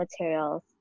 materials